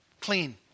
clean